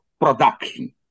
production